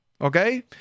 okay